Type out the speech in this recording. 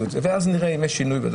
ואז נראה אם יש שינויים.